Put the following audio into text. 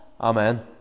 Amen